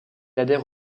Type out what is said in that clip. adhère